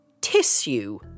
tissue